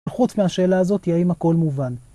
וחוץ מהשאלה הזאת, האם הכל מובן?